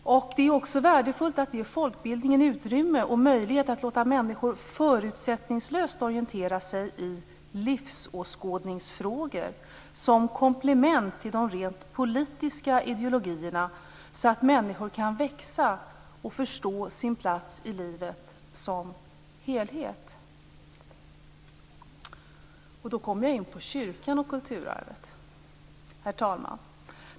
Det är också värdefullt att ge folkbildningen utrymme och möjlighet att låta människor förutsättningslöst orientera sig i livsåskådningsfrågor som komplement till de rent politiska ideologierna, så att människor kan växa och förstå sin plats i livet som helhet. Därmed kommer jag in på kyrkan och kulturarvet. Herr talman!